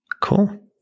Cool